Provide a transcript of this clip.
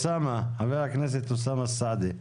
חבר הכנסת אוסאמה סעדי.